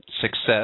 success